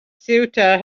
ceuta